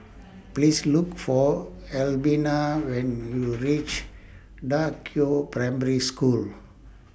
Please Look For Albina when YOU REACH DA Qiao Primary School